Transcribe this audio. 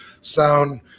sound